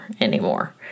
anymore